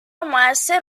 موثر